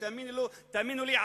ותאמינו לי,